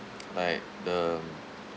like um